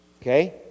Okay